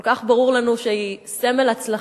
כל כך ברור לנו שהיא סמל הצלחה.